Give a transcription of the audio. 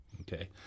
okay